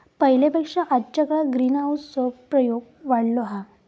पहिल्या पेक्षा आजच्या काळात ग्रीनहाऊस चो प्रयोग वाढलो हा